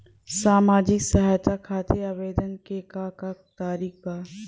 सामाजिक सहायता खातिर आवेदन के का तरीका बा?